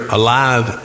alive